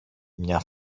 μια